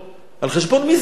על חשבון מי זה בא?